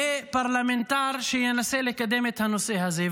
לפרלמנטר שינסה לקדם את הנושא הזה.